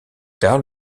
tard